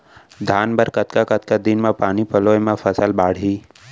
धान बर कतका कतका दिन म पानी पलोय म फसल बाड़ही?